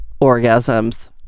orgasms